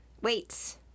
Wait